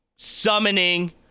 Summoning